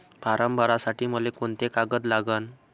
Form भरासाठी मले कोंते कागद लागन?